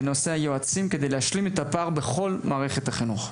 בנושא היועצים כדי להשלים את הפער בכל מערכת החינוך.